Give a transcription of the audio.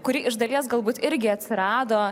kuri iš dalies galbūt irgi atsirado